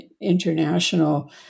international